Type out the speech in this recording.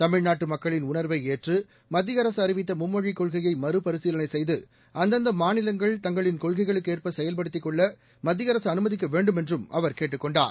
தமிழ்நாட்டு மக்களின் உணா்வை ஏற்று மத்திய அரசு அறிவித்த மும்மொழிக் கொள்கையை மறுபரிசீலனை செய்து அந்தந்த மாநிலங்கள் தங்களின் கொள்கைளுக்கு ஏற்ப செயல்படுத்திக் கொள்ள மத்திய அரசு அனுமதிக்க வேண்டுமென்றும் அவர் கேட்டுக் கொண்டார்